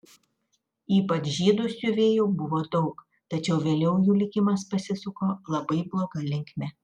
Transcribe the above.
ypač žydų siuvėjų buvo daug tačiau vėliau jų likimas pasisuko labai bloga linkme